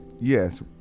Yes